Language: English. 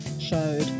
showed